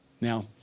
Now